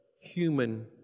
human